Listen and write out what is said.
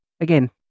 Again